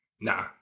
nah